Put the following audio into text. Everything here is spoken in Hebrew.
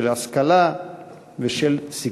של השכלה ושל שגשוג.